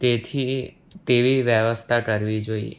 તેથી તેવી વ્યવસ્થા કરવી જોઈએ